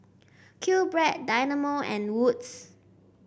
QBread Dynamo and Wood's